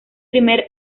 primer